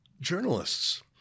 Journalists